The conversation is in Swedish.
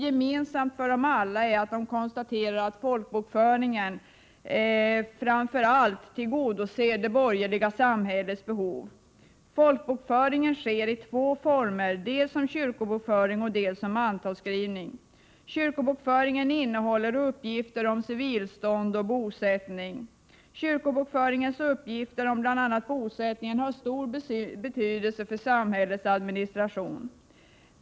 Gemensamt för dem alla är att de konstaterat att folkbokföringen framför allt tillgodoser det borgerliga samhällets behov. Folkbokföringen sker i två former, dels som kyrkobokföring, dels som mantalsskrivning. Kyrkobokföringen innehåller uppgifter om civilstånd, bosättning m.m. Kyrkobokföringens uppgifter om bl.a. bosättning har stor betydelse för samhällets administration.